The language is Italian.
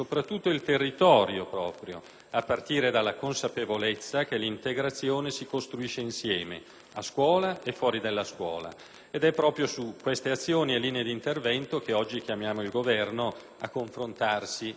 a partire dalla consapevolezza che l'integrazione si costruisce insieme, a scuola e fuori dalla scuola. Ed è proprio su tali azioni e linee d'intervento che oggi chiamiamo il Governo a confrontarsi e ad impegnarsi.